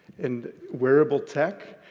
and wearable tech,